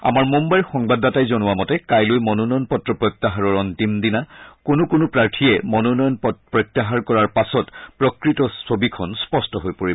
আমাৰ মুম্বাইৰ সংবাদদাতাই জনোৱা মতে কাইলৈ মনোনয়ন পত্ৰ প্ৰত্যাহাৰৰ অন্তিম দিনা কোনো কোনো প্ৰাৰ্থীয়ে মনোনয়ন প্ৰত্যাহাৰ কৰাৰ পাছত প্ৰকৃত ছবিখন স্পষ্ট হৈ পৰিব